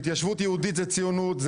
התיישבות יהודית זה ציונות,